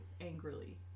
angrily